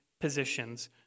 positions